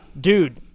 Dude